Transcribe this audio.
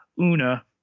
Una